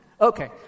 Okay